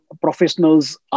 professionals